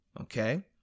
Okay